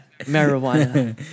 marijuana